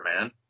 man